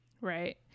Right